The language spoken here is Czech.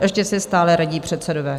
Ještě se stále radí předsedové.